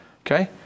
Okay